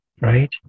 right